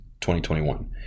2021